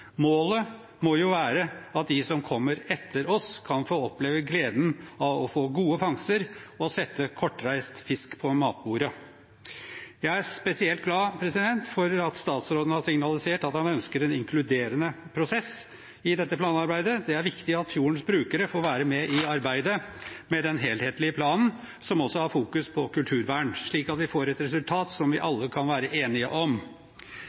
Målet må jo være at de som kommer etter oss, kan få oppleve gleden av å få gode fangster og sette kortreist fisk på matbordet. Jeg er spesielt glad for at statsråden har signalisert at han ønsker en inkluderende prosess i dette planarbeidet. Det er viktig at fjordens brukere får være med i arbeidet med den helhetlige planen, som også har fokus på kulturvern, slik at vi får et resultat som vi alle kan være enige om.